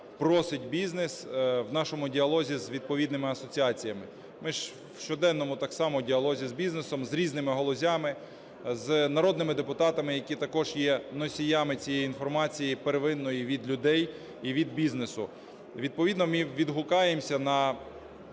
просить бізнес в нашому діалозі з відповідними асоціаціями. Ми ж в щоденному так само діалозі з бізнесом, з різними галузями, з народними депутатами, які також є носіями цієї інформації первинної від людей і від бізнесу. Відповідно ми відгукуємося на